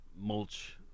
mulch